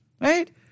right